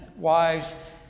wives